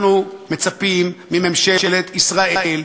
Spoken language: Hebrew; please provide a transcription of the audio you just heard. אנחנו מצפים מממשלת ישראל,